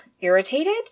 irritated